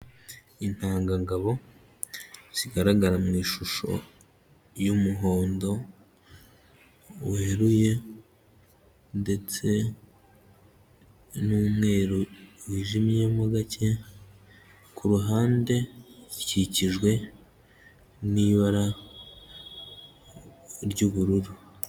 Intangangabo zigaragara mu ishusho y'umuhondo weruye ndetse n'umweru wijimye mo gake, ku ruhande zikikijwe n'ibara ry'ubururu.